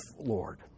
Lord